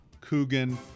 Coogan